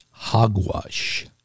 hogwash